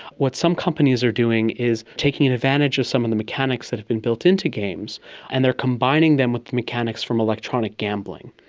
what some companies are doing is taking advantage of some of the mechanics that have been built into games and they are combining them with mechanics from electronic gambling,